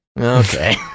Okay